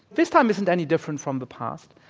this time isn't any different from the past.